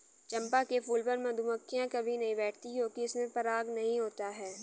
चंपा के फूल पर मधुमक्खियां कभी नहीं बैठती हैं क्योंकि इसमें पराग नहीं होता है